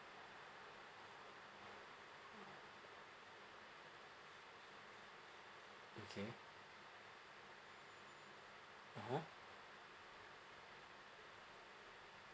okay ah ha